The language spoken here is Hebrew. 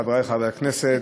חברי חברי הכנסת,